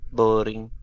Boring